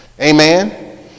Amen